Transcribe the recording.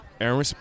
Aaron